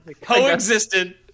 Coexisted